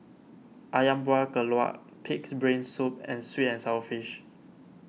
Ayam Buah Keluak Pig's Brain Soup and Sweet and Sour Fish